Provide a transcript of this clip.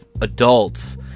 adults